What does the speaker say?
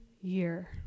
year